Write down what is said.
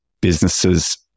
businesses